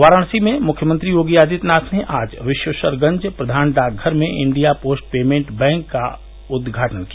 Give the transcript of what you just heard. वारणसी में मुख्यमंत्री योगी आदित्यनाथ ने आज विश्वेश्वरगंज प्रवान डाक घर में इण्डिया पोस्ट पेमेंट बैंक का उदघाटन किया